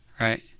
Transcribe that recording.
Right